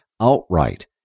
outright